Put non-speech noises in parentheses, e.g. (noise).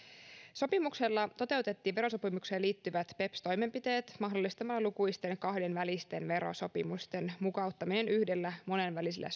sopimuksella toteutettiin verosopimukseen liittyvät beps toimenpiteet mahdollistamalla lukuisten kahdenvälisten verosopimusten mukauttaminen yhdellä monenvälisellä (unintelligible)